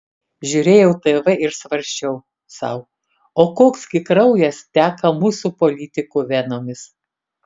žiūrėjau tv ir svarsčiau sau o koks gi kraujas teka mūsų politikų venomis